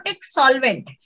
solvent